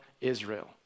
Israel